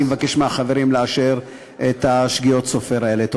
אני מבקש מהחברים לאשר את תיקון שגיאות סופר האלה.